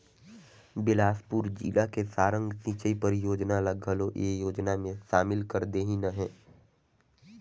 बेलासपुर जिला के सारंग सिंचई परियोजना ल घलो ए योजना मे सामिल कर देहिनह है